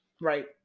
right